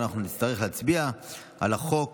ואנחנו נצטרך להצביע על החוק